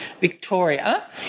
Victoria